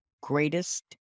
greatest